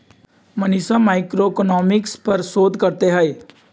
मनीषवा मैक्रोइकॉनॉमिक्स पर शोध करते हई